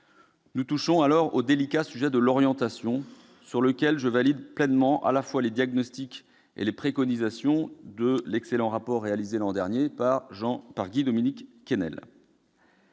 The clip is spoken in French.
Nous touchons là au délicat sujet de l'orientation, à propos duquel je valide pleinement à la fois les diagnostics et les préconisations de l'excellent rapport réalisé l'an dernier par Guy-Dominique Kennel.